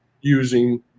using